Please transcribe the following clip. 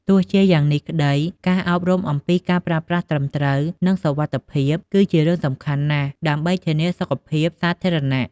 ទោះជាយ៉ាងនេះក្តី ការអប់រំអំពីការប្រើប្រាស់ត្រឹមត្រូវ និងសុវត្ថិភាព គឺជារឿងសំខាន់ណាស់ដើម្បីធានាសុខភាពសាធារណៈ។